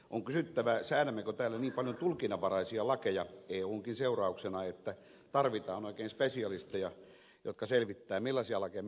on kysyttävä säädämmekö täällä niin paljon tulkinnanvaraisia lakeja eunkin seurauksena että tarvitaan oikein spesialisteja jotka selvittävät millaisia lakeja me oikein säädimme